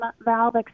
valve